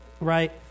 right